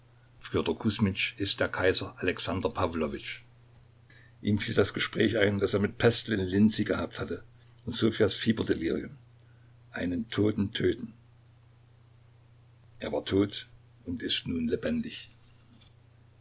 kusmitsch ist der kaiser alexander pawlowitsch ihm fiel das gespräch ein das er mit pestel in linzy gehabt hatte und ssofjas fieberdelirium einen toten töten er war tot und ist nun lebendig